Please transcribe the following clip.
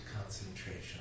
concentration